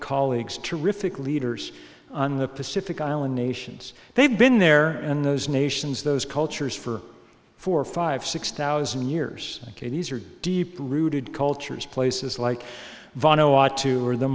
colleagues terrific leaders on the pacific island nations they've been there and those nations those cultures for four five six thousand years ok these are deep rooted cultures places like votto o